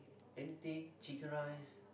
anything chicken rice